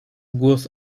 głos